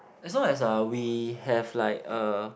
as long as uh we have like a